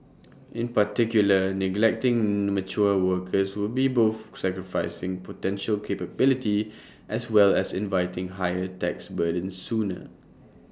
in particular neglecting mature workers would be both sacrificing potential capability as well as inviting higher tax burdens sooner